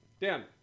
Dan